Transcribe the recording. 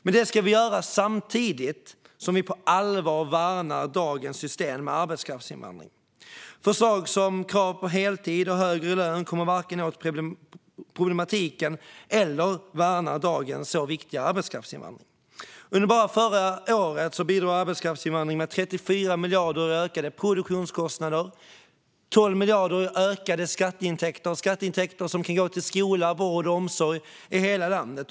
Men det ska vi göra samtidigt som vi på allvar värnar dagens system med arbetskraftsinvandring. Förslag som krav på heltid och högre lön kommer varken åt problematiken eller värnar dagens så viktiga arbetskraftsinvandring. Bara under förra året bidrog arbetskraftsinvandringen med 34 miljarder i ökade produktionsintäkter och 12 miljarder i ökade skatteintäkter, som kan gå till skola, vård och omsorg i hela landet.